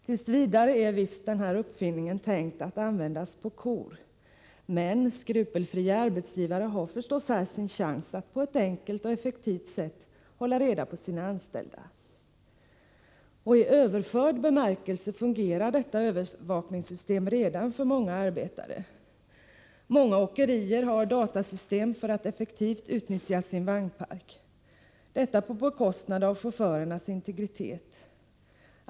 T. v. är visst denna uppfinning tänkt att användas på kor, men skrupelfria arbetsgivare har förstås här sin chans att på ett enkelt och effektivt sätt hålla reda på sina anställda. I överförd bemärkelse fungerar detta övervakningssystem redan för många arbetare. Många åkerier har datasystem för att effektivt utnyttja sin vagnpark — detta på bekostnad av chaufförernas integritet.